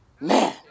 man